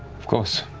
of course.